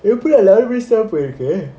எப்டியா:epdiyaa eleven minutes ah போயிடுது:poyiduthu